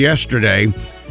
yesterday